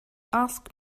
asked